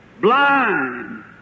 blind